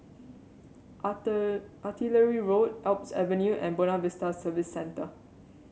Artillery Road Alps Avenue and Buona Vista Service Centre